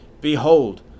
Behold